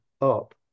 up